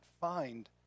find